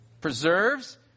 Preserves